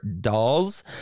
dolls